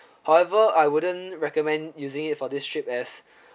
however I wouldn't recommend using it for this trip as